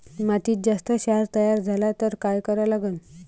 मातीत जास्त क्षार तयार झाला तर काय करा लागन?